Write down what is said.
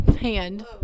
hand